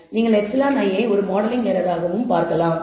நீங்கள் εi ஐ ஒரு மாடலிங் எரராகவும் பார்க்கலாம்